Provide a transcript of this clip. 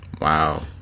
Wow